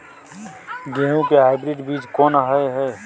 गेहूं के हाइब्रिड बीज कोन होय है?